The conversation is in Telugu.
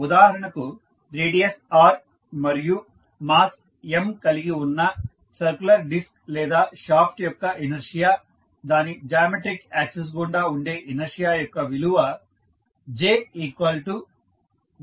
ఉదాహరణకు రేడియస్ r మరియు మాస్ M కలిగి ఉన్న సర్కులర్ డిస్క్ లేదా షాఫ్ట్ యొక్క ఇనర్షియా దాని జామెట్రిక్ యాక్సిస్ గుండా ఉండే ఇనర్షియా యొక్క విలువ J12Mr2 గా ఉంటుంది